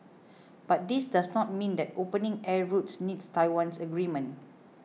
but this does not mean that opening air routes needs Taiwan's agreement